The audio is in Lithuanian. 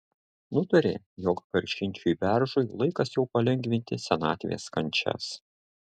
nutarė jog karšinčiui beržui laikas jau palengvinti senatvės kančias